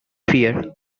fear